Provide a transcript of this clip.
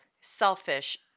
selfish